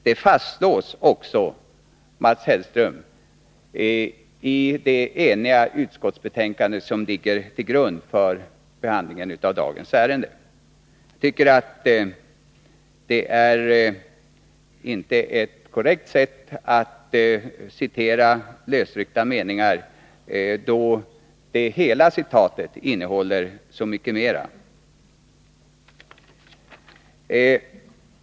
Det fastslås också, Mats Hellström, i det enhälliga utskottsbetänkande som ligger till grund för dagens debatt i det här ärendet. Jag tycker att det inte är korrekt att citera lösryckta meningar då hela uttalandet innehåller så mycket mera.